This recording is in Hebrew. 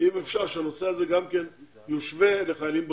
אם אפשר שהנושא הזה גם כן יושווה לחיילים בודדים.